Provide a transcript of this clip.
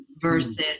versus